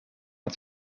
het